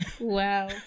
Wow